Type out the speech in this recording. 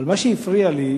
אבל מה שהפריע לי,